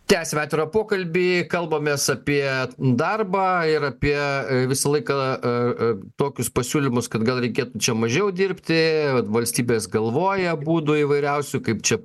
tęsiame atvirą pokalbį kalbamės apie darbą ir apie visą laiką a a tokius pasiūlymus kad gal reikėtų čia mažiau dirbti valstybės galvoja būdų įvairiausių kaip čia